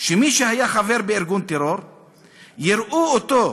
"מי שהיה חבר בארגון טרור יראו אותו"